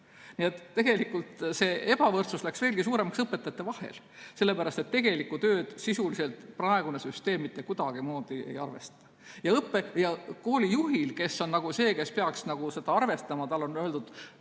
Nii et tegelikult see ebavõrdsus läks veelgi suuremaks õpetajate vahel, sellepärast et tegelikku tööd sisuliselt praegune süsteem mitte kuidagimoodi ei arvesta. Koolijuhil, kes on see, kes peaks seda arvestama, on nagu